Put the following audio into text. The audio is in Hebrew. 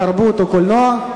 תרבות וקולנוע.